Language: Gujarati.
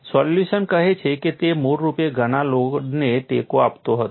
સોલ્યુશન કહે છે કે તે મૂળરૂપે ઘણા લોડને ટેકો આપતો હતો